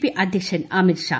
P അധ്യക്ഷൻ അമിത്ഷാ